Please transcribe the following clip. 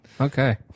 Okay